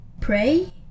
pray